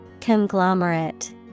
Conglomerate